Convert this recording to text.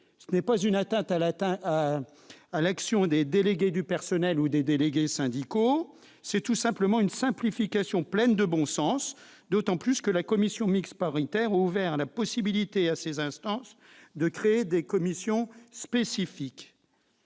sociaux ni une atteinte à l'action des délégués du personnel ou des délégués syndicaux. C'est tout simplement une simplification pleine de bon sens, d'autant plus que la commission mixte paritaire a ouvert la possibilité à ces instances de créer des commissions spécifiques.